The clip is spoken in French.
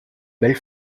belle